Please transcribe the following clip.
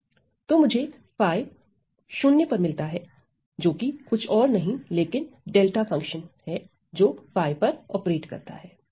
तो मुझे 𝜙 मिलता है जो कि और कुछ नहीं लेकिन डेल्टा फंक्शन जो 𝜙 पर ऑपरेट करता है